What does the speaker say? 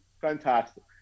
fantastic